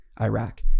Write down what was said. iraq